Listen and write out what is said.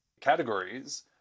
categories